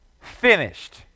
finished